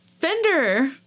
Fender